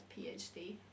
PhD